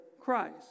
Christ